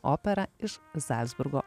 opera iš zalcburgo